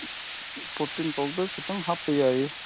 protein powder ꯈꯖꯤꯛꯇꯪ ꯍꯥꯞꯄ ꯌꯥꯏꯌꯦ